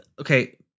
okay